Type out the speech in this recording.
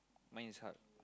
mine is heart